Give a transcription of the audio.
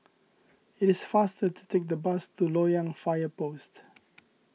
it is faster to take the bus to Loyang Fire Post